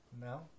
No